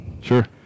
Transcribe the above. Sure